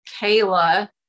Kayla